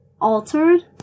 altered